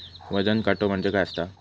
वजन काटो म्हणजे काय असता?